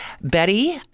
Betty